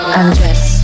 undress